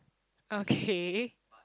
okay